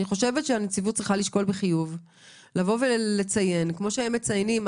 אני חושבת שהנציבות צריכה לשקול בחיוב לציין שתוקן.